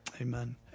Amen